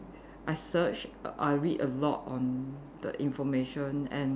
I search err I read a lot on the information and